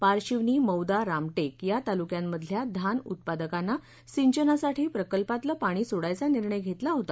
पारशिवनी मौदा रामटेक या तालुक्यांमधल्या धान उत्पादकांना सिंचनासाठी प्रकल्पातलं पाणी सोडायचा निर्णय घेतला होता